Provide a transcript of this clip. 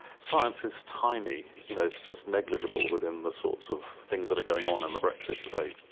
science is tiny, you know it's just negligible within the sorts of things that are going on in the brexit debate.